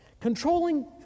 controlling